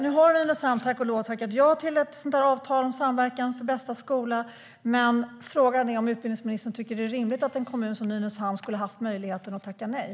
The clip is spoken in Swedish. Nu har Nynäshamn tack och lov tackat ja till ett avtal med Samverkan för bästa skola, men frågan är om utbildningsministern tycker att det är rimligt att en kommun som Nynäshamn skulle ha haft möjligheten att tacka nej.